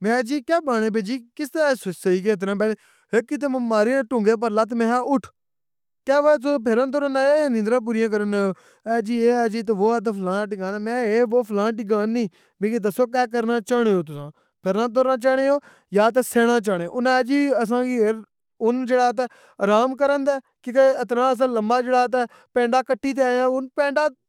میں اخیا جی، کہ بنانے پے جی کس طرح سوئی گئے اِتنا، اک ای دے تہ ماریاں ٹنگے پرلت، میں اخیا آٹھ۔ کہ وا تُساں کی پھرن تورن آیا یہ نیندراں پوریاں کرن آیاں۔ اے جی اے ہے جی او ہے تہ فلانہ ڈھمکاناں، میں اخیا اے وہ فلانہ ڈھمکاناں نی، مکی دسسو کہ کرنا چاہنے او تُساں، پھرنا ترنا چاہنے او یہ تے سینا چاہنے او۔ اوناں اخیا جی اساں کی ہن جیڑا تہ آرام کرن دے کیونکہ اِتنا اساں لمبا جیڑا تہ پیندا کٹی تہ آیاں ہن پینڈا۔